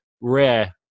rare